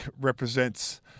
represents